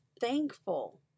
thankful